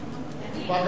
כן.